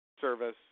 service